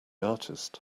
artist